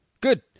Good